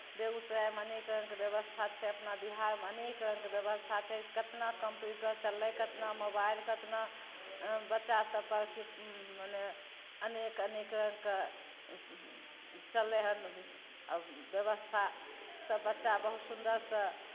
बेगूसरायमे अनेक रङ्गके व्यवस्था छै अपना बिहारमे अनेक रङ्गके व्यवस्था छै केतना कम्प्यूटर चललै केतना मोबाइल केतना बच्चासभ पर मने अनेक अनेक रङ्गके चललै हन अब व्यवस्था सभ बच्चा बहुत सुन्दरसँ